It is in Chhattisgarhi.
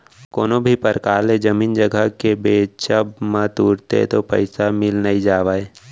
कोनो भी परकार ले जमीन जघा के बेंचब म तुरते तो पइसा मिल नइ जावय